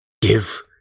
give